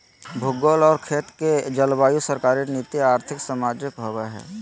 भूगोल और खेत के जलवायु सरकारी नीति और्थिक, सामाजिक होबैय हइ